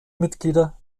mitglieder